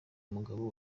umugabo